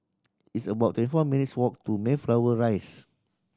it's about twenty four minutes' walk to Mayflower Rise